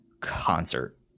concert